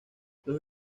los